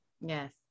yes